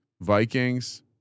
Vikings